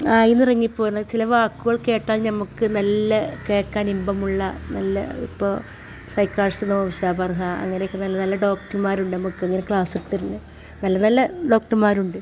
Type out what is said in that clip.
ആഴ്ന്നിറങ്ങി പോരുന്ന ചില വാക്കുകൾ കേട്ടാൽ നമുക്ക് നല്ല കേൾക്കാനിമ്പമുള്ള നല്ല ഇപ്പോൾ സൈക്കാഷ്നോ ഷബർഹ അങ്ങനെ ഒക്കെ നല്ല നല്ല ഡോക്ടർമാരുണ്ട് നമുക്ക് ഇങ്ങനെ ക്ലാസ് എടുത്ത് തരുന്ന നല്ല നല്ല ഡോക്ടർമാരുണ്ട്